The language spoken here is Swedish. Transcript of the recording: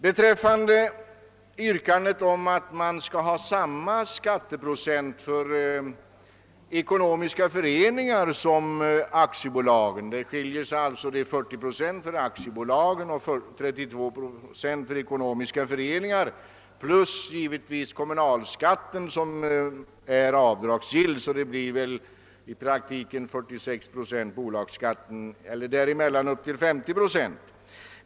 Representanter för moderata samlingspartiet har yrkat att samma skattesats skall tillämpas för ekonomiska föreningar som för aktiebolag — den statliga inkomstskatten utgör nu för aktiebolag 40 procent och för ekonomiska föreningar 32 procent plus givetvis kommunalskatten som är avdragsgill; bolagsskatten blir därför i praktiken 46—50 procent.